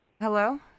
hello